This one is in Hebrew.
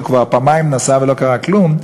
כי הוא כבר פעמיים נסע ולא קרה כלום,